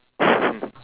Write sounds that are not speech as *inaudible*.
*breath*